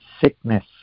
Sickness